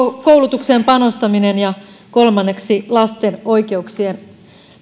koulutukseen panostaminen ja kolmanneksi lasten oikeuksien